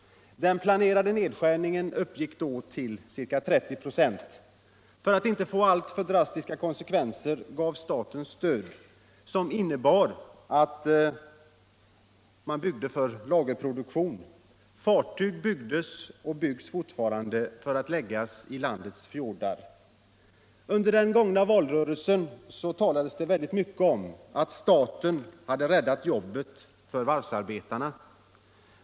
Den planerade nedskärningen uppgick då till ca 30 96. För att inte riskera alltför drastiska konsekvenser gav staten ett stöd, som innebar att man byggde för lagerproduktion; fartyg byggdes och byggs fortfarande för att läggas i landets fjordar. Under den gångna valrörelsen talades det mycket om att staten hade räddat jobben för varvsarbetarna.